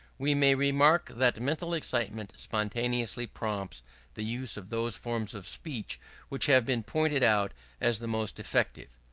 we may remark that mental excitement spontaneously prompts the use of those forms of speech which have been pointed out as the most effective.